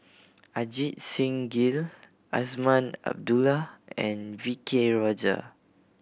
Ajit Singh Gill Azman Abdullah and V K Rajah